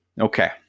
okay